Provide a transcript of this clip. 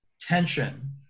tension